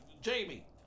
Jamie